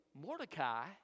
Mordecai